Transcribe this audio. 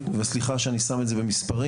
וסליחה שאני שם את זה במספרים,